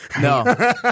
No